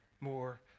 more